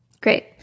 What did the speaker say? Great